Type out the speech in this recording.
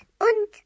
und